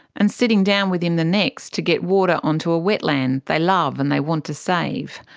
and sitting down with him the next to get water onto a wetland they love and they want to save.